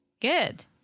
Good